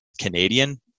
Canadian